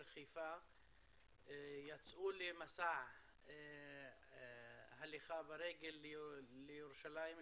חיפה יצאו למסע הליכה לרגל לירושלים,